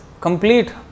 complete